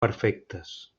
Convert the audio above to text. perfectes